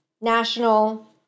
national